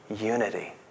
unity